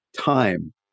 time